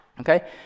okay